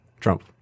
Trump